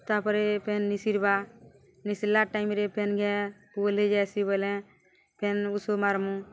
ତା'ପରେ ପେନ୍ ନିସିିର୍ବା ନିଶିର୍ଲା ଟାଇମ୍ରେ ଫେନ୍ ଘାଏ ପୁଲ୍ ହେଇ ଯାଏସି ବୋଲେ ପେନ୍ ଉଷୋ ମାର୍ମୁ